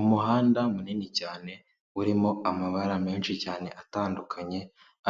Umuhanda munini cyane urimo amabara menshi cyane atandukanye,